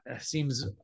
Seems